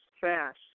fast